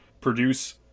produce